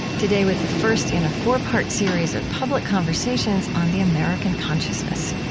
today with the first in a four-part series of public conversations on the american consciousness.